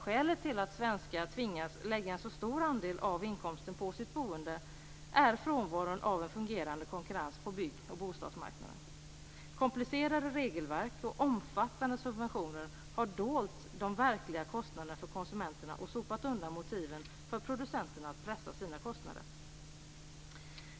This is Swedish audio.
Skälet till att svenskar tvingas att lägga en så stor andel av inkomsten på sitt boende är frånvaron av en fungerande konkurrens på bygg och bostadsmarknaden. Komplicerade regelverk och omfattande subventioner har dolt de verkliga kostnaderna för konsumenterna och sopat undan motiven för producenterna att pressa sina kostnader.